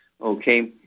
okay